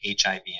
HIV